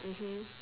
mmhmm